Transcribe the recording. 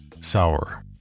sour